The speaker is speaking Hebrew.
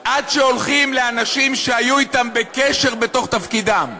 עד שהם הולכים לאנשים שהיו אתם בקשר בתוך תפקידם.